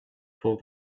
pull